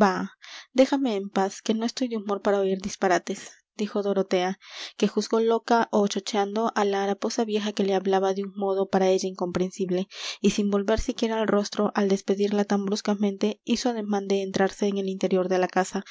bah dejadme en paz que no estoy de humor para oir disparates dijo dorotea que juzgó loca ó chocheando á la haraposa vieja que le hablaba de un modo para ella incomprensible y sin volver siquiera el rostro al despedirla tan bruscamente hizo ademán de entrarse en el interior de la casa